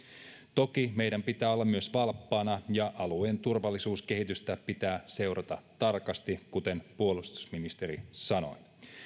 toki meidän pitää olla myös valppaana ja alueen turvallisuuskehitystä pitää seurata tarkasti kuten puolustusministeri sanoi